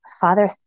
father